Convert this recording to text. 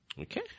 Okay